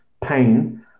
pain